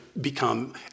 become